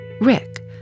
Rick